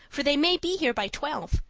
for they may be here by twelve.